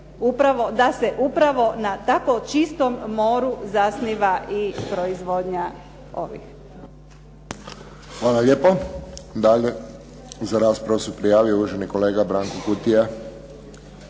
da se upravo na tako čistom moru zasniva i proizvodnja ovih. **Friščić, Josip (HSS)** Hvala lijepo. Dalje za raspravu se prijavio uvaženi kolega Branko Kutija.